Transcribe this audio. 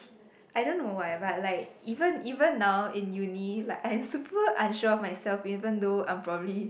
I don't know why but like even even now in uni like I super unsure of myself even though I'm probably